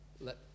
let